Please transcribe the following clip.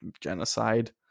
genocide